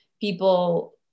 people